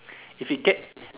if he get